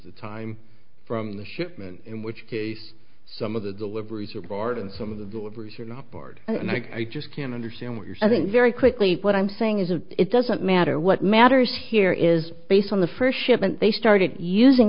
the time from the shipment in which case some of the deliveries are barred and some of the deliveries are not barred and i just can't understand what you're saying very quickly what i'm saying is a it doesn't matter what matters here is based on the first shipment they started using